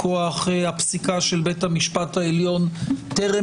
מכוח הפסיקה של בית המשפט העליון טרם